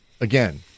again